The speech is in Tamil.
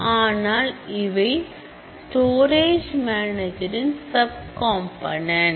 ஆனால் இவை ஸ்டோரேஜ் மேனேஜர்ன் சப் கம்பனென்ட்